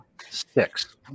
six